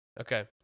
Okay